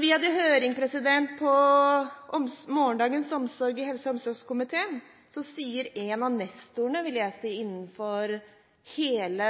vi hadde høring i helse- og omsorgskomiteen om «Morgendagens omsorg», sa en av nestorene, vil jeg si, innenfor hele